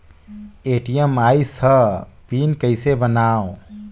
ATM आइस ह PIN कइसे बनाओ?